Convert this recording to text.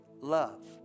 love